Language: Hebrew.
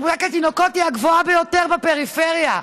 שתמותת התינוקות היא הגבוהה ביותר בפריפריה,